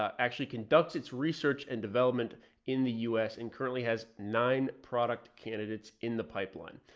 actually conducts its research and development in the u s and currently has nine product candidates in the pipeline.